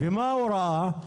ומה הוא ראה?